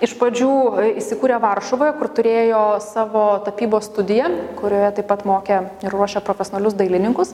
iš pradžių įsikūrė varšuvoj kur turėjo savo tapybos studiją kurioje taip pat mokė ir ruošė profesionalius dailininkus